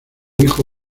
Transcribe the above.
hijo